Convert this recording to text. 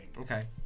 Okay